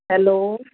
hello